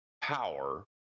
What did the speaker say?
power